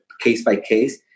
Case-by-case